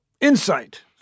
insight